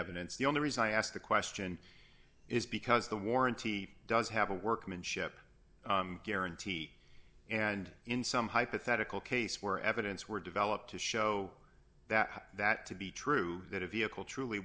evidence the only reason i asked the question is because the warranty does have a workmanship guarantee and in some hypothetical case where evidence were developed to show that that to be true that a vehicle truly